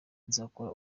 nzakora